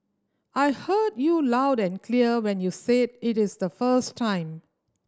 I heard you loud and clear when you said it the first time